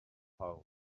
home